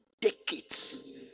decades